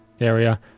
area